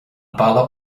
balla